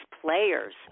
players